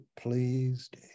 pleased